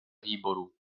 výborů